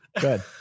Good